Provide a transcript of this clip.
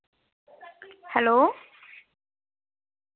hello